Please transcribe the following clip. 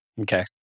Okay